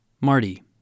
Marty